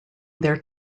their